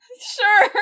Sure